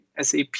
SAP